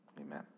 Amen